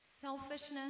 selfishness